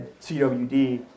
CWD